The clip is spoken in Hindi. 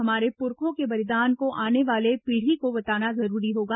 हमारे पुरखों के बलिदान को आने वाले पीढ़ी को बताना जरूरी होगा